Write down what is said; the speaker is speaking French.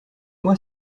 moi